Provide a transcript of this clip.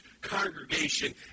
congregation